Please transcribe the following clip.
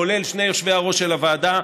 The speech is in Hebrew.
כולל שני יושבי-הראש של הוועדה,